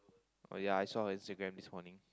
oh ya I saw on his Instagram this morning